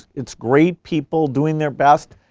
it's great people doing their best.